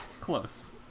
Close